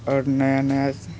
आओर नया नया